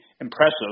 impressive